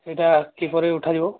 ସେଇଟା କିପରି ଉଠାଯିବ